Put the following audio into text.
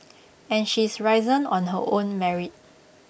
and she's risen on her own merit